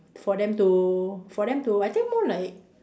for them to for them to I think more like